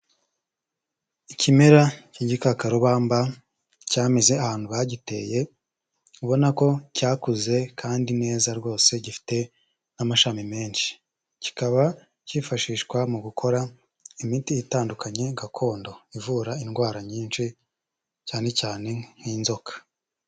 Ikimera k'igikakarubamba cyameze ahantu bagiteye, ubona ko cyakuze kandi neza rwose gifite n'amashami menshi, kikaba kifashishwa mu gukora imiti itandukanye gakondo ivura indwara nyinshi, cyane cyane nk'inzoka.